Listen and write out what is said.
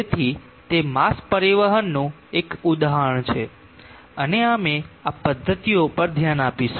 તેથી તે માસ પરિવહનનું એક ઉદાહરણ છે અને અમે આ પદ્ધતિઓ પર ધ્યાન આપીશું